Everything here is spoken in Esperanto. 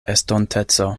estonteco